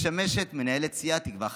משמשת מנהלת סיעת תקווה חדשה.